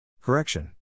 Correction